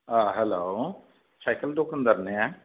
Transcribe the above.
hello cycle दखानदार ने